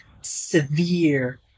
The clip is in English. severe